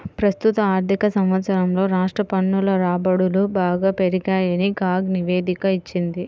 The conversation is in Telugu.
ప్రస్తుత ఆర్థిక సంవత్సరంలో రాష్ట్ర పన్నుల రాబడులు బాగా పెరిగాయని కాగ్ నివేదిక ఇచ్చింది